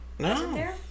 No